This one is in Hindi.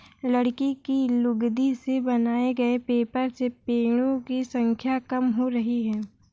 लकड़ी की लुगदी से बनाए गए पेपर से पेङो की संख्या कम हो रही है